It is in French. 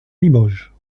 limoges